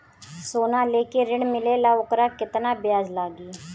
सोना लेके ऋण मिलेला वोकर केतना ब्याज लागी?